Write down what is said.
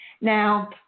Now